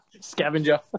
scavenger